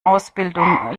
ausbildung